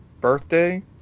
birthday